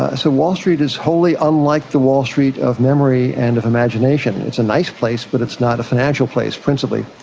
ah so wall street is wholly unlike the wall street of memory and of imagination. it's a nice place, but it's not a financial place principally.